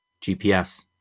GPS